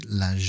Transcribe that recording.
la